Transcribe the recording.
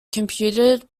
computed